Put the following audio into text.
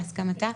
בהסכמתה,